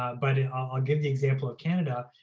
but and i'll give the example of canada.